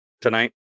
tonight